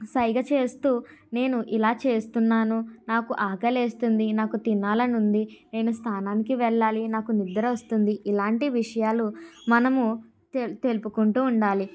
సైగా చేస్తూ నేను ఇలా చేస్తున్నాను నాకు ఆకలేస్తుంది నాకు తినాలని ఉంది నేను స్నానానికి వెళ్ళాలి నాకు నిద్ర వస్తుంది ఇలాంటి విషయాలు మనము తెలుపు తెలుపుకుంటూ ఉండాలి